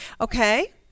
Okay